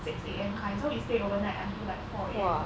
six A_M kind so we stayed overnight until like four A_M